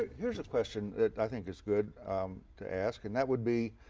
here's a question that i think is good to ask, and that would be